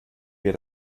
wir